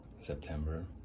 September